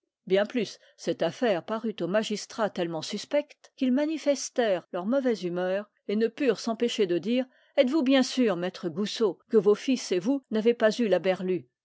bien plus cette affaire parut aux magistrats tellement suspecte qu'ils manifestèrent leur mauvaise humeur et ne purent s'empêcher de dire êtes-vous bien sûr maître goussot que vos fils et vous n'avez pas eu la berlue